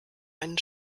einen